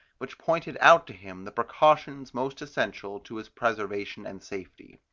which pointed out to him the precautions most essential to his preservation and safety.